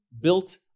built